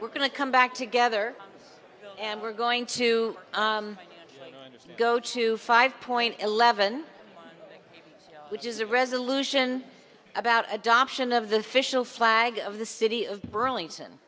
we're going to come back together and we're going to go to five point eleven which is a resolution about adoption of the official flag of the city of burlington